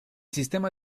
sistema